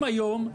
התוספת.